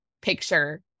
picture